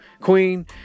Queen